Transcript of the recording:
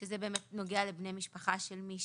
שזה נוגע לבני משפחה של מי